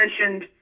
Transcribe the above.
mentioned